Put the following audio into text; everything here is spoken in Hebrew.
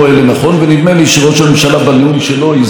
ונדמה לי שראש הממשלה בנאום שלו הסביר יותר טוב